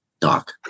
doc